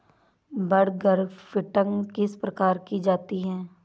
बड grafting किस प्रकार की जाती है?